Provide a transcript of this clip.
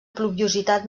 pluviositat